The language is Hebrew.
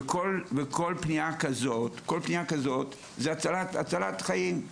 וכל פנייה כזאת זה הצלת חיים,